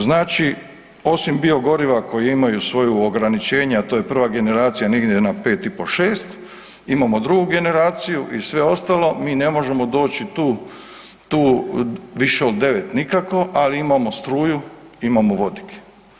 Znači osim biogoriva koji imaju svoja ograničenja a to je prva generacija negdje na 5,5, 6, imamo drugu generaciju i sve ostalo, mi ne možemo doći tu više od 9 nikako ali imamo struju, imamo vodik.